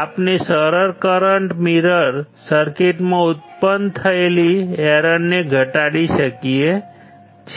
આપણે સરળ current mirror સર્કિટમાં ઉત્પન્ન થયેલી એરરને ઘટાડી શકીએ છીએ